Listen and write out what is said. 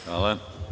Hvala.